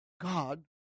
God